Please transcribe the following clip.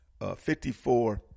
54